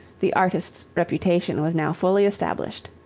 the artist's reputation was now fully established.